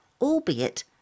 albeit